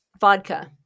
vodka